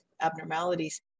abnormalities